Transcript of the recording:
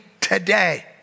today